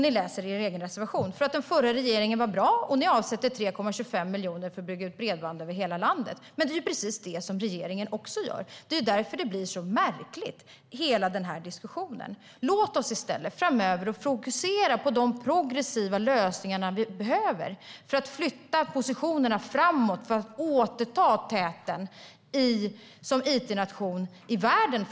Det är det som framgår av er egen reservation. Ni avsätter 3,25 miljarder för att bygga ut bredband över hela landet. Det är ju precis vad regeringen också gör! Därför blir hela den här diskussionen så märklig. Låt oss i stället framöver fokusera på de progressiva lösningar vi behöver för att flytta fram positionerna och återta täten som it-nation i världen.